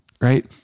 Right